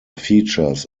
features